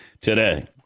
today